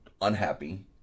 unhappy